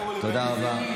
תודה רבה.